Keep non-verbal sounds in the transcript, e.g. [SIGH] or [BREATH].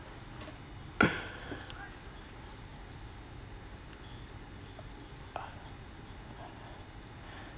[BREATH]